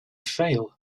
fail